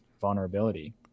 vulnerability